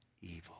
evil